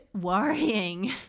worrying